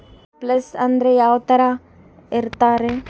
Place ಅಂದ್ರೆ ಯಾವ್ತರ ಇರ್ತಾರೆ?